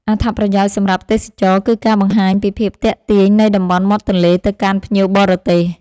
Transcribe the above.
អត្ថប្រយោជន៍សម្រាប់ទេសចរណ៍គឺការបង្ហាញពីភាពទាក់ទាញនៃតំបន់មាត់ទន្លេទៅកាន់ភ្ញៀវបរទេស។